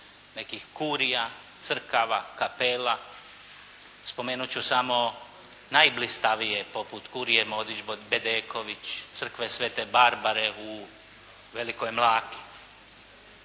nekih kurija, crkava, kapela, spomenut ću samo najblistavije poput kurije "Modić", "Bedeković", "Crkve sv. Barbare" u Velikoj Mlaki.